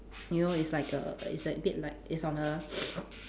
you know it's like err it's a bit like it's on a